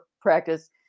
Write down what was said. practice